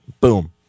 Boom